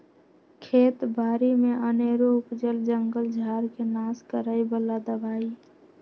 खेत बारि में अनेरो उपजल जंगल झार् के नाश करए बला दबाइ